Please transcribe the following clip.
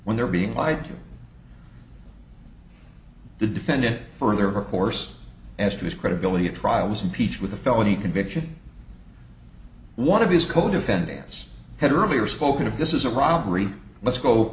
when they're being lied to the defendant further of course as to his credibility a trial was impeached with a felony conviction one of his co defendants had earlier spoken of this is a robbery let's go